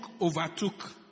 overtook